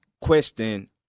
question